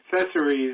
accessories